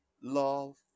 Love